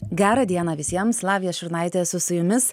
gerą dieną visiems lavija šurnaitė esu su jumis